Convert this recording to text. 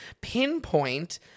pinpoint